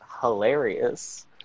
hilarious